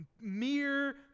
Mere